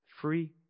free